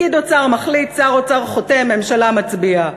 פקיד אוצר מחליט, שר אוצר חותם, ממשלה מצביעה.